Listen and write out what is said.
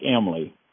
Emily